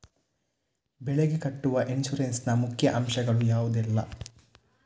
ಬೆಳೆಗೆ ಕಟ್ಟುವ ಇನ್ಸೂರೆನ್ಸ್ ನ ಮುಖ್ಯ ಅಂಶ ಗಳು ಯಾವುದೆಲ್ಲ?